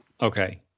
Okay